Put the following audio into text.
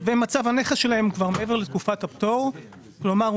ומצב הנכס שלהם כבר מעבר לתקופת הפטור; כלומר,